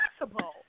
impossible